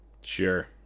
sure